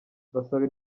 basaba